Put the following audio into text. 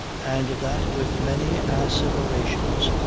and that with many asseverations,